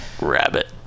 Rabbit